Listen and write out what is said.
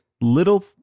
little